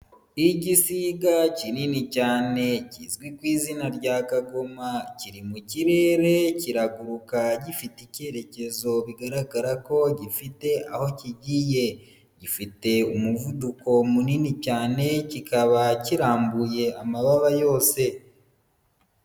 Igisiga kinini cyane kizwi ku izina rya kagoma kiri mu kirere kiraguruka gifite icyerekezo bigaragara ko gifite aho kigiye, gifite umuvuduko munini cyane kikaba kirambuye amababa yose.